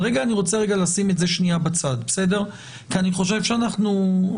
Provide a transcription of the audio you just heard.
אבל אני רוצה רגע לשים את זה שנייה בצד כי אני חושב ואני